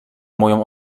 moją